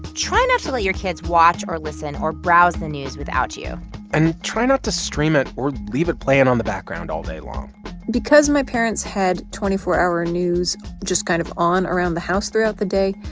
try not to let your kids watch or listen or browse the news without you and try not to stream it or leave it playing on the background all day long because my parents had twenty four hour news just kind of on around the house throughout the day,